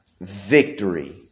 victory